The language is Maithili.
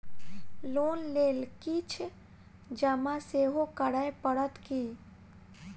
लोन लेल किछ जमा सेहो करै पड़त की?